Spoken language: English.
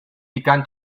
begun